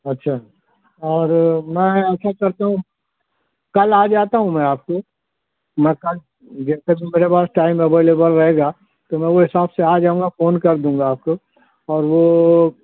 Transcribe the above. اچھا اور میں ایسا کرتا ہوں کل آ جاتا ہوں میں آپ کو میں کل یہ دس بجے کے بعد ٹائم اویلیبل رہے گا تو میں وہ حساب سے آ جاؤں گا فون کر دوں گا آپ کو اور وہ